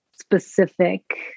specific